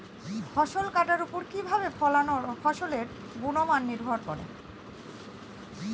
ফসল কাটার উপর কিভাবে ফসলের গুণমান নির্ভর করে?